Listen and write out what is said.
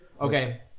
Okay